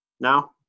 Now